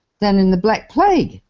than in the black plague.